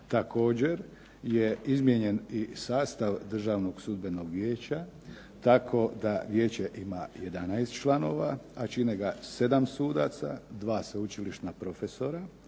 Također je izmijenjen i sastav Državnog sudbenog vijeća, tako da Vijeće ima 11 članova, a čine ga 7 sudaca, 2 sveučilišna profesora